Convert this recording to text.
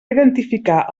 identificar